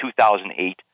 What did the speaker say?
2008